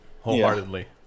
wholeheartedly